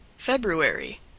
February